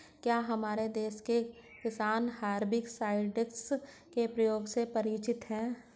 क्या हमारे देश के किसान हर्बिसाइड्स के प्रयोग से परिचित हैं?